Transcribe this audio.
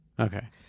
Okay